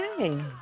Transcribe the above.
Okay